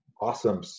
awesome